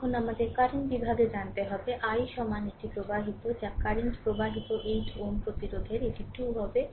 এখন আমাদের কারেন্ট বিভাগে জানতে হবে i সমান এটি প্রবাহিত যা কারেন্ট প্রবাহিত 8 Ω প্রতিরোধের এটি 2 হবে